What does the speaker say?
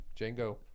Django